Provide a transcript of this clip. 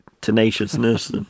tenaciousness